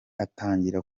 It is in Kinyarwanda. atangire